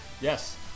Yes